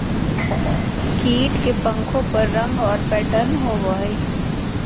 कीट के पंखों पर रंग और पैटर्न होबो हइ